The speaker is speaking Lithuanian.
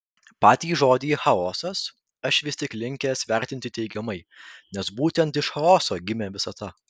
patį žodį chaosas aš vis tik linkęs vertinti teigiamai nes būtent iš chaoso gimė visata